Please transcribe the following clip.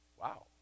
Wow